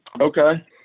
Okay